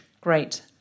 Great